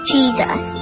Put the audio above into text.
Jesus